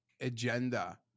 agenda